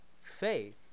faith